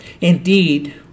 Indeed